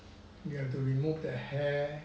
you have to remove the hair